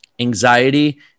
anxiety